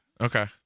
okay